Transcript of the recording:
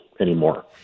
anymore